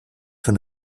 von